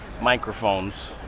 microphones